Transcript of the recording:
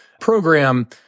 program